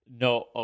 No